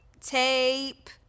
Tape